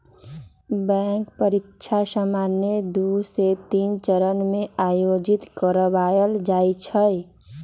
bank परीकछा सामान्य दू से तीन चरण में आयोजित करबायल जाइ छइ